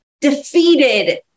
defeated